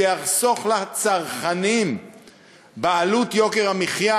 זה יחסוך לצרכנים בעלות יוקר המחיה.